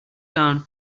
down